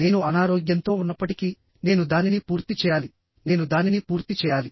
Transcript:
నేను అనారోగ్యంతో ఉన్నప్పటికీ నేను దానిని పూర్తి చేయాలి నేను దానిని పూర్తి చేయాలి